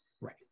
right